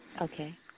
Okay